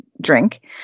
drink